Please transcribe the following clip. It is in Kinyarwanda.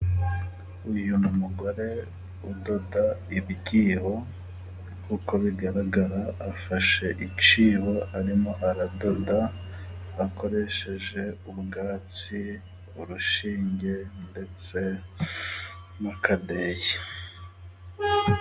Uyu ni umugore udoda ibi byibo, uko bigaragara afashe icyibo arimo aradoda, akoresheje ubwatsi, urushinge, ndetse n'akadeyi.